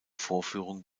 vorführung